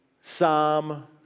Psalm